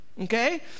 Okay